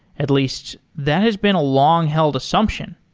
at least that has been a long held assumption.